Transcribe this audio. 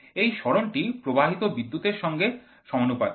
এই সরণ টি প্রবাহিত বিদ্যুৎ এর সঙ্গে সমানুপাতিক